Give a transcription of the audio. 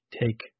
take